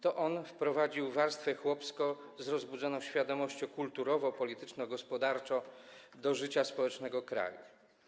To on wprowadził warstwę chłopską z rozbudzoną świadomością kulturowo-polityczno-gospodarczą do życia społecznego kraju.